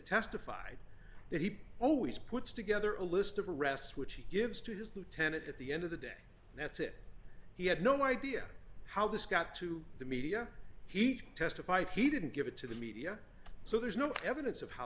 testified that he always puts together a list of arrests which he gives to his lieutenant at the end of the day that's it he had no idea how this got to the media he testified he didn't give it to the media so there's no evidence of how